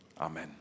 Amen